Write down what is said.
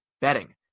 betting